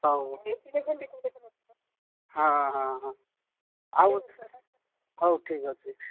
ହଉ ହଁ ହଁ ଆଉ ହଉ ଠିକ୍ ଅଛି